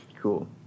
cool